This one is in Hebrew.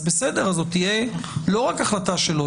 אז זו תהיה לא רק החלטה שלו,